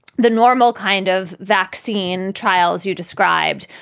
the normal kind of vaccine trial, as you described,